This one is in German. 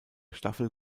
staffel